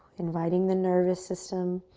inviting the nervous system